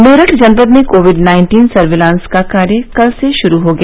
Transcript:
मेरठ जनपद में covid nineteen surveillance का कार्य कल से शुरू हो गया